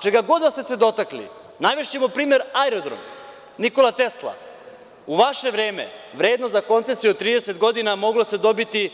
Čega god da ste se dotakli, navešću primer aerodrom „Nikola Tesla“, u vaše vreme, vrednost za koncesiju od 30 godina moglo se dobiti